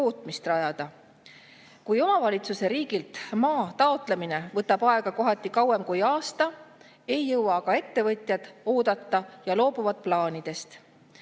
tootmist rajada. Kui aga omavalitsusel riigilt maa taotlemine võtab aega kohati kauem kui aasta, ei jõua ettevõtjad oodata ja loobuvad plaanidest.